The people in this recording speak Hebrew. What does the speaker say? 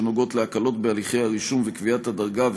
שנוגעות להקלות בהליכי הרישום וקביעת הדרגה,